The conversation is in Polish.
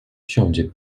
wsiądzie